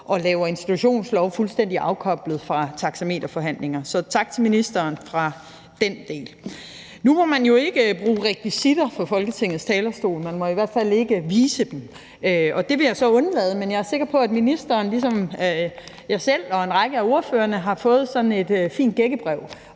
og laver institutionslovgivning fuldstændig afkoblet fra taxameterforhandlingerne. Så tak til ministeren for den del. Nu må man jo ikke bruge rekvisitter fra Folketingets talerstol. Man må i hvert fald ikke vise dem. Det vil jeg så undlade, men jeg er sikker på, at ministeren ligesom mig selv og en række af ordførerne har fået et fint gækkebrev